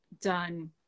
done